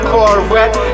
Corvette